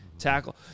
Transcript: Tackle